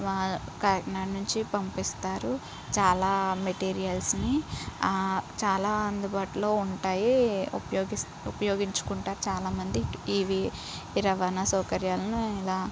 వా కాకినాడ నుంచి పంపిస్తారు చాలా మెటీరియల్స్ని చాలా అందుబాటులో ఉంటాయి ఉపయోగి ఉపయోగించుకుంటారు చాలామంది ఇవి ఈ రవాణా సౌకర్యాలను ఇలా